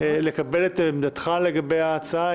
אשמח לקבל את עמדתך לגבי ההצעה.